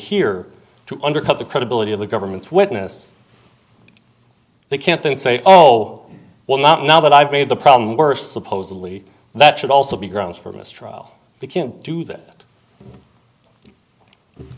here to undercut the credibility of the government's witness they can't then say oh well not now that i've made the problem worse supposedly that should also be grounds for a mistrial they can't do that